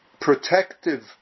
protective